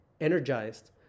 energized